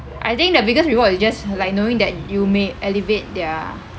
I think the biggest reward is just like knowing that you may elevate their